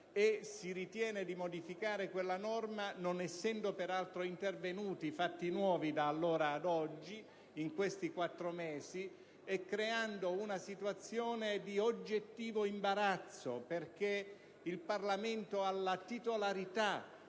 Si ritiene di modificare quella norma non essendo, peraltro, intervenuti fatti nuovi da allora ad oggi, in questi quattro mesi, e creando una situazione di oggettivo imbarazzo, perché il Parlamento ha la titolarità